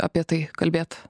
apie tai kalbėt